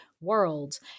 world